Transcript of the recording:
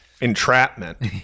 entrapment